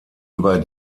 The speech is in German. über